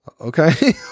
okay